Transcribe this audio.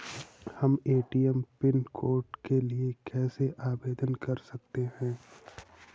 हम ATM pin code के लिए कैसे आवेदन कर सकते हैं?